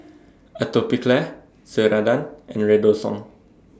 Atopiclair Ceradan and Redoxon